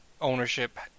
ownership